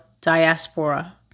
diaspora